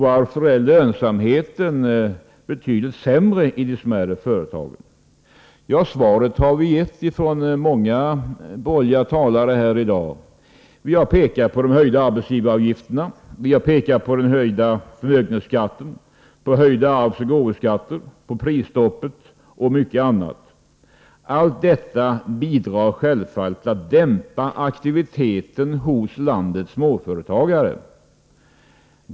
Varför är lönsamheten betydligt sämre i de smärre företagen? Många av oss borgerliga talare har gett svaret. Vi har pekat på de höjda arbetsgivaravgifterna, på den höjda förmögenhetsskatten, på den höjda arvsoch gåvoskatten, på prisstoppet och på mycket annat. Allt detta bidrar självfallet till att dämpa aktiviteten hos landets småföretagare.